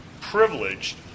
privileged